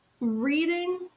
reading